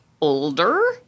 older